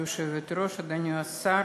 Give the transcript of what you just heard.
גברתי היושבת-ראש, אדוני השר,